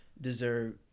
deserve